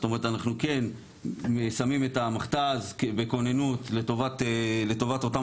אנחנו שמים את המכת"ז בכוננות לטובת אותן